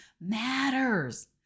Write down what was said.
matters